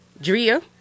Drea